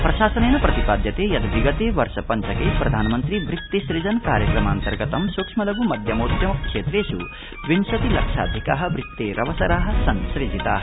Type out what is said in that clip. प्रशासनेन प्रतिपाद्यते यद् विगते वर्षपञ्चके प्रधानमन्त्रि वृति सृजन कार्यक्रमान्तर्गतं सूक्ष्म लघ् मध्यमोद्यम क्षेत्रेष् विंशति लक्षाधिका वृत्तेरवसरा संसुजिता